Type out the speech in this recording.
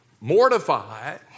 mortified